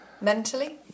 Mentally